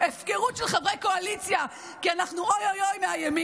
הפקרה של חברי קואליציה כי אנחנו מהימין,